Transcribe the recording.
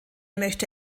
möchte